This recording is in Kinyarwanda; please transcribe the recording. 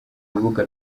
rubuga